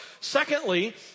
Secondly